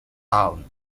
town